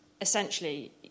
essentially